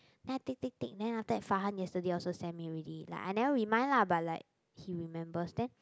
then I tick tick tick then after that Farhan yesterday also send me already like I never remind lah but like he remembers then